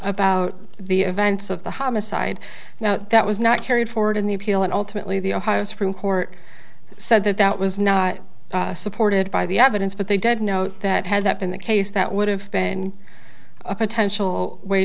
about the events of the homicide now that was not carried forward in the appeal and ultimately the ohio supreme court said that that was not supported by the evidence but they did note that had that been the case that would have been a potential way